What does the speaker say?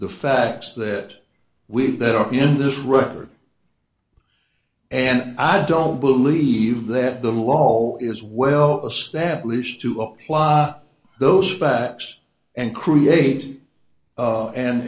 the facts that we that are in this record and i don't believe that the law all is well established to apply those facts and create